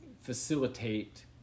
facilitate